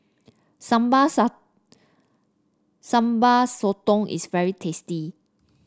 sambal Sambal Sotong is very tasty